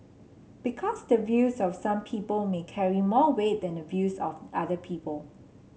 because the views of some people may carry more weight than the views of other people